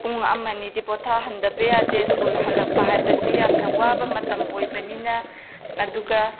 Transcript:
ꯄꯨꯡ ꯑꯃ ꯑꯅꯤꯗꯤ ꯄꯣꯊꯥꯍꯟꯗꯕ ꯌꯥꯗꯦ ꯁ꯭ꯀꯨꯜ ꯍꯜꯂꯛꯄ ꯍꯥꯏꯕꯁꯤ ꯌꯥꯝꯅ ꯋꯥꯕ ꯃꯇꯝ ꯑꯣꯏꯕꯅꯤꯅ ꯑꯗꯨꯒ